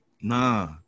Nah